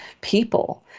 people